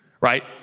right